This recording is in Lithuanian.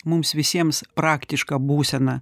mums visiems praktiška būsena